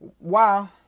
wow